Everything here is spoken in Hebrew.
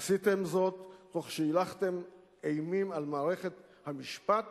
עשיתם זאת תוך שהילכתם אימים על מערכת המשפט